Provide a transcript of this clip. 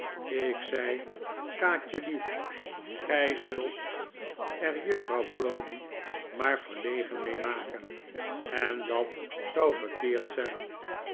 ik zei kaatjelief gij zult er juffrouw browdie maar verlegen mee maken en dat zou verkeerd zijn